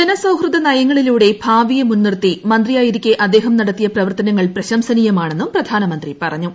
ജനസൌഹൃദ നയങ്ങളിലൂടെ ഭാവിയെ മുൻനിർത്തി മന്ത്രിയായിരിക്കെ അദ്ദേഹം നടത്തിയ പ്രവർത്തനങ്ങൾ പ്രശംസനീയമാണെന്നും പ്രധാനമന്ത്രി പറഞ്ഞു